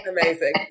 Amazing